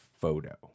photo